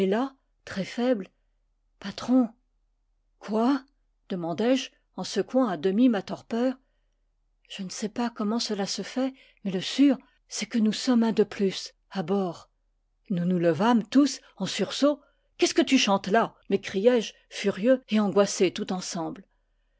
très faible patron quoi demandai-je en secouant à demi ma torpeur je ne sais pas comment cela se fait mais le sûr c'est que nous sommes un de plus à bord nous nous levâmes tous en sursaut qu'est-ce que tu chantes là m'écriai-je furieux et angoissé tout ensemble